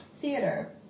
theater